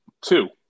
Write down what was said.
Two